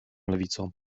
lewicą